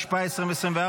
התשפ"ה 2024,